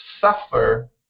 suffer